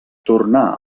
tornà